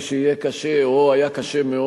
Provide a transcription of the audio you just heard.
הבמה לרשותך, בבקשה.